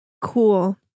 Cool